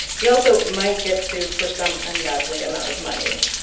he also might get sued for some ungodly amount of money.